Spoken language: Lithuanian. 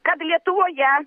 kad lietuvoje